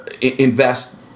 invest